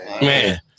Man